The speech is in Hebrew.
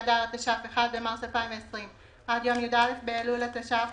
באדר התש"ף (1 במארס 2020) עד יום י"א באלול התש"ף